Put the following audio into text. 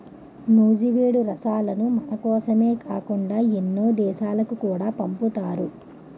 నూజివీడు రసాలను మనకోసమే కాకుండా ఎన్నో దేశాలకు కూడా పంపుతారు